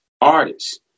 artists